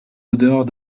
odeurs